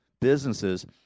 businesses